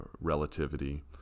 relativity